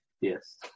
Yes